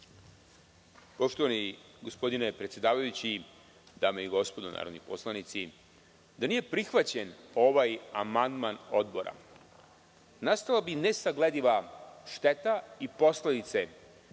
Poštovani gospodine predsedavajući, dame i gospodo narodni poslanici, da nije prihvaćen ovaj amandman Odbora, nastala bi nesaglediva šteta i posledice